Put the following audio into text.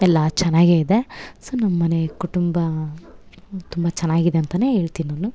ಎಲ್ಲ ಚೆನ್ನಾಗೆ ಇದೆ ಸೋ ನಮ್ಮ ಮನೆ ಕುಟುಂಬ ತುಂಬ ಚೆನ್ನಾಗಿದೆ ಅಂತಾ ಹೇಳ್ತಿನ್ ನಾನು